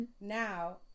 Now